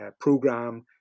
program